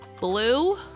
blue